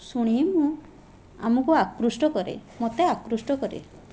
ଶୁଣି ମୁଁ ଆମକୁ ଆକୃଷ୍ଟ କରେ ମୋତେ ଆକୃଷ୍ଟ କରେ